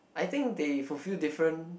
I think they fulfill different